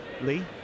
Lee